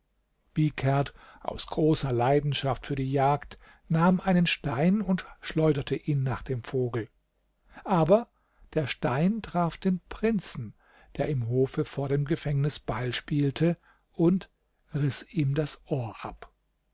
bihkerd aus großer leidenschaft für die jagd nahm einen stein und schleuderte ihn nach dem vogel aber der stein traf den prinzen der im hofe vor dem gefängnis ball spielte und riß ihm das ohr ab